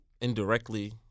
indirectly